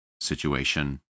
situation